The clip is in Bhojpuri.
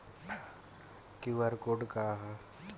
क्यू.आर कोड का ह?